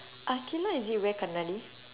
aqilah is it wear கண்ணாடி:kannaadi